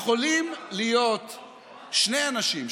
יכולים להיות שני אנשים,